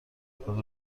خود